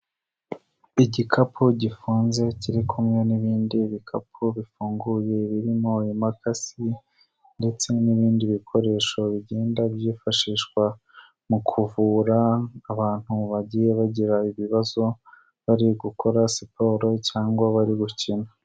Igikapu gifunze kiri kumwe n'ibindi bikapu bifunguye birimo imakasi ndetse n'ibindi bikoresho bigenda byifashishwa mu kuvura abantu bagiye bagira ibibazo bari gukora siporo cyangwa bari gukina.